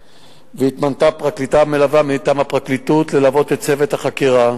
והתמנתה פרקליטה מלווה מטעם הפרקליטות ללוות את צוות החקירה.